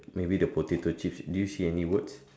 maybe the potato chips do you see any words